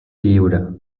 lliura